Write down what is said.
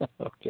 Okay